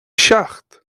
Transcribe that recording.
seacht